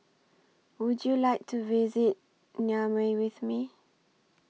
Would YOU like to visit Niamey with Me